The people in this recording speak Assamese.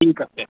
ঠিক আছে